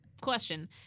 question